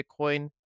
bitcoin